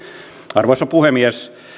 arvoisa puhemies